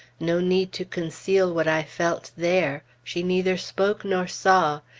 no need to conceal what i felt there! she neither spoke nor saw.